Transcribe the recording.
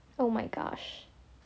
oh my gosh